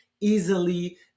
easily